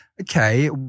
okay